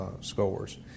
scores